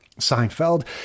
Seinfeld